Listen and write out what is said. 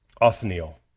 Othniel